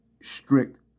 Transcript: strict